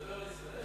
אתה מדבר על ישראל?